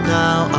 now